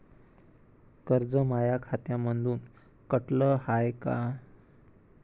कर्ज माया खात्यामंधून कटलं हाय का?